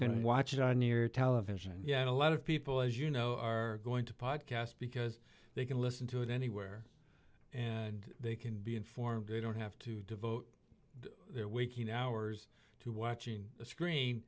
can watch it on your television and yet a lot of people as you know are going to podcast because they can listen to it anywhere and they can be informed they don't have to devote their waking hours to watching a screen